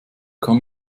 kann